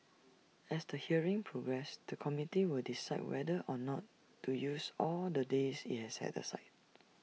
as the hearings progress the committee will decide whether or not to use all the days IT has set aside